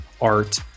art